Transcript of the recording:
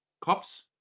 cops